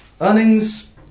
earnings